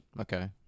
Okay